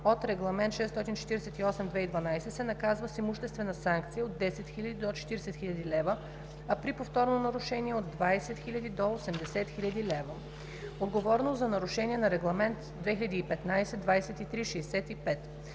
от Регламент (ЕС) № 648/2012, се наказва с имуществена санкция от 10 000 до 40 000 лв., а при повторно нарушение - от 20 000 до 80 000 лв. Отговорност за нарушения на Регламент (ЕС) № 2015/2365